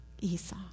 Esau